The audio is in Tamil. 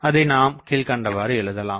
அதை நாம் கீழ்க்கண்டவாறு எழுதலாம்